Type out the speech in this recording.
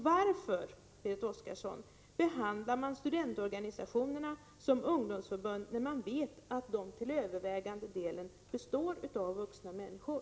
Varför, Berit Oscarsson, behandlar man studentorganisationerna som ungdomsförbund, när man vet att de till övervägande delen består av vuxna människor?